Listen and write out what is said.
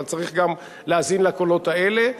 אבל צריך גם להאזין לקולות האלה,